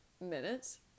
minutes